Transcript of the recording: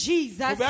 Jesus